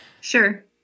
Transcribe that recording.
Sure